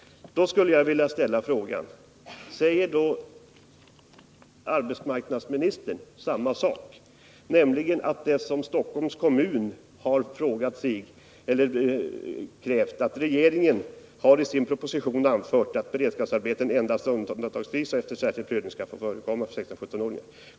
Då frågar jag: Säger arbetsmarknadsministern samma sak? Stockholms kommun konstaterar i sin promemoria angående propositionen: ”Regeringen har i sin proposition anfört att beredskapsarbeten endast . undantagsvis och efter särskild prövning skall få förekomma för 16-17 åringar.